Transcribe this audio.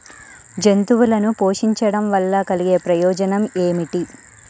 జంతువులను పోషించడం వల్ల కలిగే ప్రయోజనం ఏమిటీ?